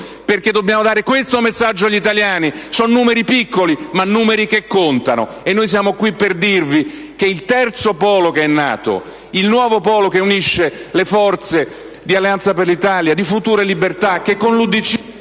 perché dobbiamo dare questo messaggio agli italiani. Sono numeri piccoli ma numeri che contano. E noi siamo qui per dirvi che il Terzo Polo che è nato, il nuovo Polo che unisce le forze di Alleanza per l'Italia, di Futuro e Libertà. Dell'UDC,